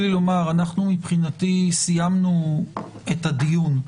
מבחינתי, סיימנו את הדיון.